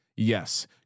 yes